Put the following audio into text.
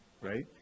right